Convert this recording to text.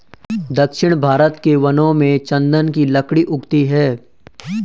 दक्षिण भारत के वनों में चन्दन की लकड़ी उगती है